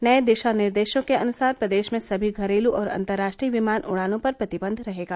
नए दिशा निर्देशों के अनुसार प्रदेश में सभी घरेलू और अंतर्राष्ट्रीय विमान उड़ानों पर प्रतिबन्ध रहेगा